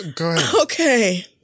Okay